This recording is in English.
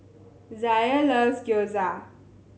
Zaire loves Gyoza